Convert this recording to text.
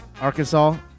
Arkansas